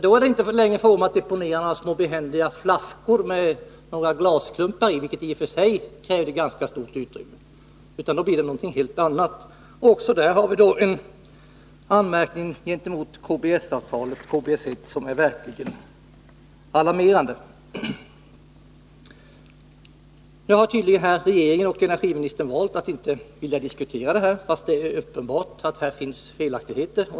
Då är det ju inte längre fråga om att deponera några små, behändiga flaskor med glasklumpar i, vilket i och för sig kräver ganska stort utrymme, utan då blir det fråga om någonting helt annat. Också på den punkten har vi en anmärkning mot KBS 1 som är verkligt alarmerande. Nu har tydligen regeringen och energiministern valt att inte vilja diskutera frågan, fast det är uppenbart att det finns felaktigheter.